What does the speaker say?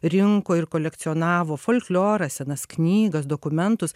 rinko ir kolekcionavo folklorą senas knygas dokumentus